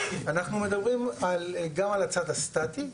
אנחנו מדברים גם על הצד הסטטי,